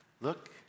look